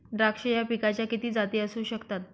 द्राक्ष या पिकाच्या किती जाती असू शकतात?